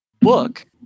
book